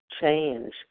change